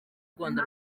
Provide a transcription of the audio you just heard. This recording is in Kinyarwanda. rwanda